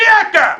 מי אתה?